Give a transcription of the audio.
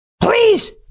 Please